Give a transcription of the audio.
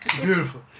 Beautiful